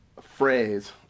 phrase